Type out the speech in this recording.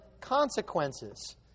consequences